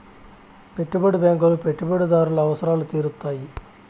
పెట్టుబడి బ్యాంకులు పెట్టుబడిదారుల అవసరాలు తీరుత్తాయి